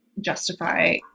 justify